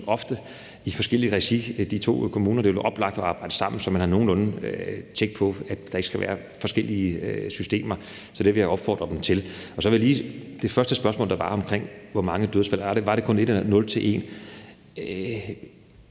ofte i forskelligt regi, og det ville være oplagt at arbejde sammen, så man har nogenlunde tjek på, at der ikke skal være forskellige systemer. Så det vil jeg opfordre dem til. Så vil jeg lige til det første spørgsmål, der var, om, hvor mange dødsfald der er tale om, sige,